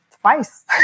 twice